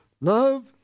love